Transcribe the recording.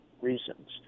reasons